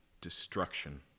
destruction